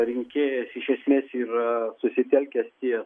rinkėjas iš esmės yra susitelkęs ties